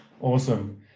Awesome